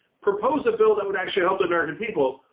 propose a bill that would actually help the american people.